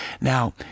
Now